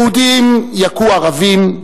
יהודים יכו ערבים,